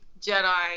Jedi